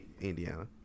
Indiana